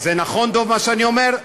זה נכון, דב, מה שאני אומר?